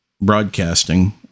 Broadcasting